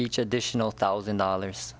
each additional thousand dollars